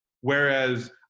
Whereas